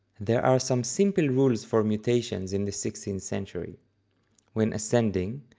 there are some simple rules for mutations in the sixteenth century when ascending,